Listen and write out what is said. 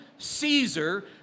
Caesar